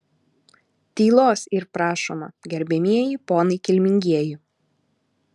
tylos yr prašoma gerbiamieji ponai kilmingieji